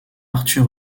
arthur